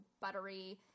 buttery